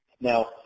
Now